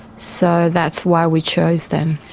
so that's why we chose them.